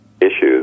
issues